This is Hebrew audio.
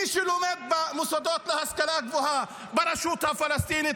מי שלומד במוסדות להשכלה גבוהה ברשות הפלסטינית